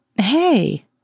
Hey